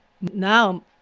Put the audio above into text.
Now